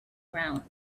round